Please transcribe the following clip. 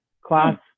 class